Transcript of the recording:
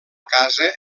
casa